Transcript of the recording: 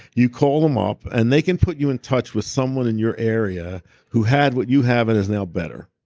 you call them up and they can put you in touch with someone in your area who had what you have and is now better.